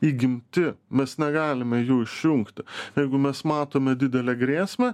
įgimti mes negalime jų išjungti jeigu mes matome didelę grėsmę